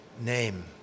name